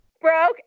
broke